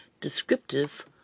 descriptive